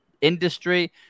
industry